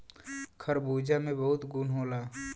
खरबूजा में बहुत गुन होला